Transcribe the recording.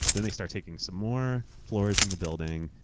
then, they start taking some more floors in the building.